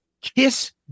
KISS